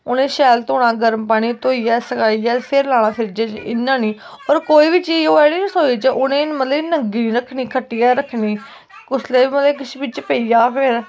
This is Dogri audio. उ'नें शैल धोना धोइयै सकाइयै फिर लाना फ्रिज्जै च इ'यां नेईं होर कोई बी चीज होऐ नी रसोई च उ'नें मतलब कि नंगी नी रक्खनी खट्टियै रक्खनी कुसै लै कुछ बिच्च पेई जा फिर